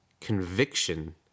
conviction